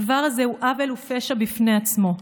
הדבר הזה הוא עוול ופשע בפני עצמו.